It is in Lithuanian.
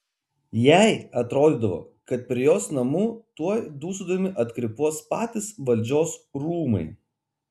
jai atrodydavo kad prie jos namų tuoj dūsaudami atkrypuos patys valdžios rūmai